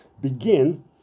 begin